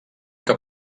que